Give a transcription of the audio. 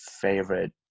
favorite